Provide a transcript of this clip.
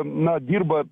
na dirba